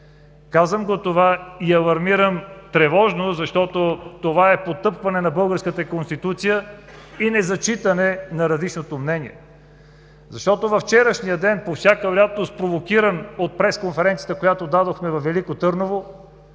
Казвам го това и алармирам тревожно, защото това е потъпкване на Българската конституция и незачитане на различното мнение. Във вчерашния ден, по всяка вероятност той е провокиран от пресконференцията, която дадохме във Велико Търново,